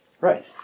Right